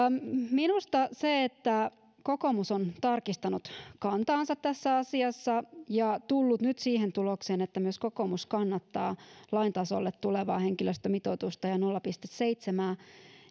minusta siitä että kokoomus on tarkistanut kantaansa tässä asiassa ja tullut nyt siihen tulokseen että myös kokoomus kannattaa lain tasolle tulevaa henkilöstömitoitusta ja nolla pilkku seitsemää